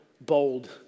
bold